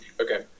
Okay